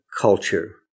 culture